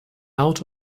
out